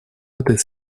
этой